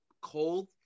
cold